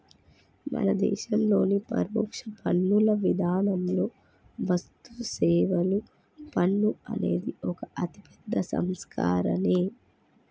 మన దేశంలోని పరోక్ష పన్నుల విధానంలో వస్తుసేవల పన్ను అనేది ఒక అతిపెద్ద సంస్కరనే